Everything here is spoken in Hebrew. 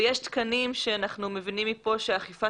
ויש תקנים שאנחנו מבינים מפה שהאכיפה